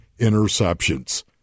interceptions